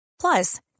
Plus